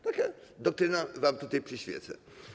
Taka doktryna wam tutaj przyświeca.